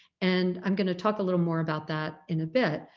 and i'm going to talk a little more about that in a bit,